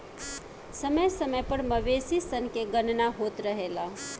समय समय पर मवेशी सन के गणना होत रहेला